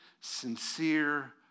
sincere